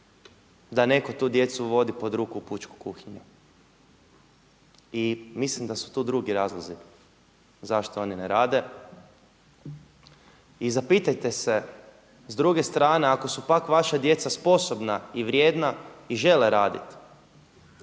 da netko tu djecu vodi pod ruku u pučku kuhinju. I mislim da su tu drugi razlozi zašto oni ne rade? I zapitajte se s druge strane ako su pak vaša djeca sposobna i vrijedna i žele raditi